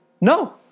No